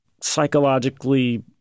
psychologically